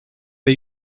der